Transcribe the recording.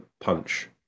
punch